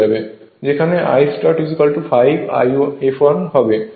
যেখানে I start5 I fl হবে